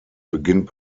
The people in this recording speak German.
beginnt